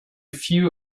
few